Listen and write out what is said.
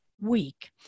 week